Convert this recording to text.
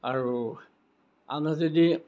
আৰু আনহাতেদি